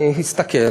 אני אסתכל,